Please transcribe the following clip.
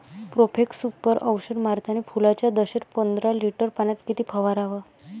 Profex Super औषध मारतानी फुलाच्या दशेत पंदरा लिटर पाण्यात किती फवाराव?